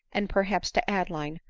and perhaps to adeline,